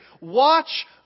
watch